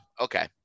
Okay